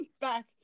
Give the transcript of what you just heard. Back